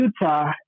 Utah